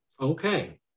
Okay